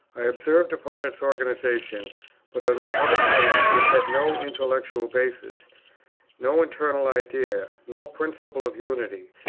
i observed upon its organization but on the other hand it had no intellectual basis no internal idea, no principle of unity,